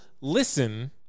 listen